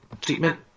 treatment